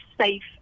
safe